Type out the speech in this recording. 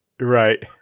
Right